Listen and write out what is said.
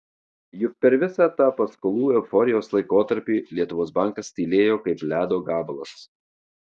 juk per visą tą paskolų euforijos laikotarpį lietuvos bankas tylėjo kaip ledo gabalas